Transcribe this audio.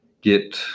get